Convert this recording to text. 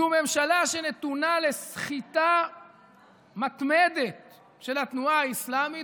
זאת ממשלה שנתונה לסחיטה מתמדת של התנועה האסלאמית,